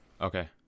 Okay